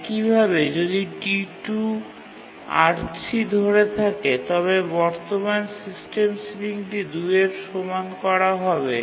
একইভাবে যদি T2 R3 ধরে থাকে তবে বর্তমান সিস্টেম সিলিংটি ২ এর সমান করা হবে